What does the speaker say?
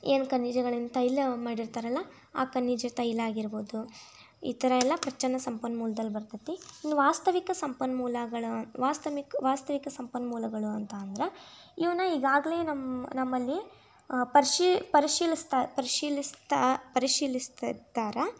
ಏನು ಖನಿಜಗಳಿಂದ ತೈಲ ಮಾಡಿರ್ತಾರಲ್ಲ ಆ ಖನಿಜ ತೈಲ ಆಗಿರ್ಬೋದು ಈ ಥರ ಎಲ್ಲ ಪ್ರಚ್ಛನ್ನ ಸಂಪನ್ಮೂಲ್ದಲ್ಲಿ ಬರ್ತೈತೆ ಇನ್ನು ವಾಸ್ತವಿಕ ಸಂಪನ್ಮೂಲಗಳು ವಾಸ್ತವಿಕ ವಾಸ್ತವಿಕ ಸಂಪನ್ಮೂಲಗಳು ಅಂತ ಅಂದ್ರೆ ಇವುನ್ನ ಈಗಾಗಲೇ ನಮ್ಮ ನಮ್ಮಲ್ಲಿ ಪರ್ಶಿ ಪರಿಶೀಲಿಸ್ತಾ ಪರಿಶೀಲಿಸ್ತಾ ಪರಿಶೀಲಿಸ್ತಾ ಇದ್ದಾರೆ